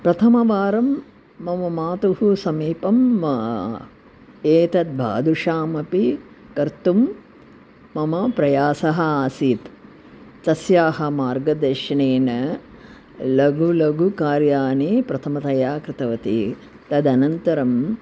प्रथमवारं मम मातुः समीपं एतद् बादुषामपि कर्तुं मम प्रयासः आसीत् तस्याः मार्गदर्शनेन लघुलघुकार्याणि प्रथमतया कृतवती तदनन्तरम्